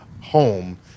home